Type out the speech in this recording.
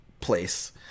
place